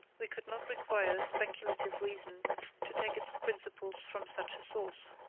we could not require speculative reason to take its principles from such a source.